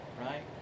right